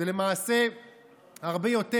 זה למעשה הרבה יותר,